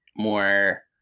more